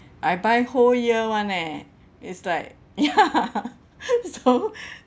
I buy whole year [one] eh it's like ya so